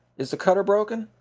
is the cutter broken?